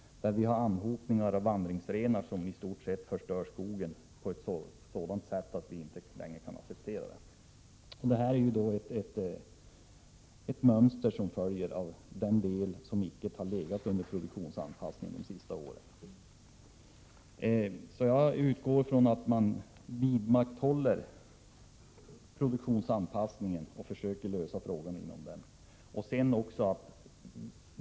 Där har vi anhopningar av vandringsrenar som förstör skogen på ett sådant sätt att vi inte längre kan acceptera det. Detta är ett mönster som följer av den del av verksamheten som icke har varit föremål för produktionsanpassning under de senaste åren. Jag utgår från att produktionsanpassning vidmakthålls och att man försöker lösa frågan inom den ramen.